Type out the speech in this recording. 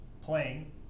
Playing